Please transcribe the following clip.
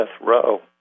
row